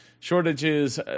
Shortages